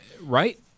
right